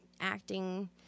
acting